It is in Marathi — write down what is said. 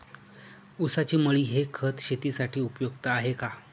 ऊसाची मळी हे खत शेतीसाठी उपयुक्त आहे का?